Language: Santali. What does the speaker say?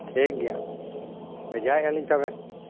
ᱴᱷᱤᱠᱜᱮᱭᱟ ᱵᱷᱮᱡᱟᱭᱮᱫᱼᱟᱹᱞᱤᱧ ᱛᱚᱵᱮ